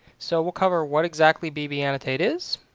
so we'll cover what exactly bb annotate is,